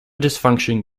dysfunction